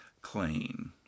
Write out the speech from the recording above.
clean